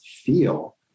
feel